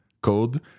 code